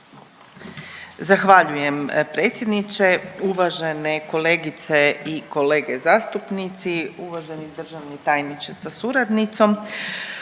Zahvaljujem predsjedniče. Uvažene kolegice i kolege zastupnici, uvaženi državni tajniče sa suradnicom,